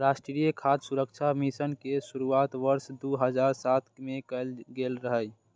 राष्ट्रीय खाद्य सुरक्षा मिशन के शुरुआत वर्ष दू हजार सात मे कैल गेल रहै